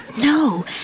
No